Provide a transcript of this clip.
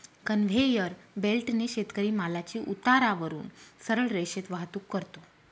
conveyor बेल्टने शेतकरी मालाची उतारावरून सरळ रेषेत वाहतूक करतो